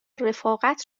رفاقت